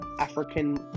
african